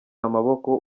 amaboko